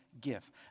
give